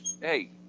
hey